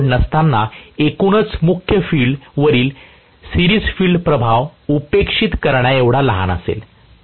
load नसताना एकूणच मुख्य फील्ड वरील सिरिज फील्ड प्रभाव उपेक्षित करण्याएवढा लहान असेल